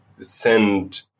send